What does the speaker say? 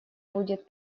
будет